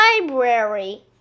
library